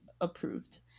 approved